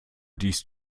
dies